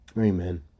Amen